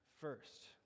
first